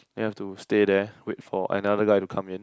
then I have to stay there wait for another guy to come in